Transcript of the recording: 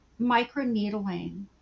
microneedling